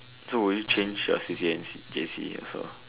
so will you change your C_C_A in J_C also